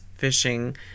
fishing